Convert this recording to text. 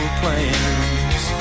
plans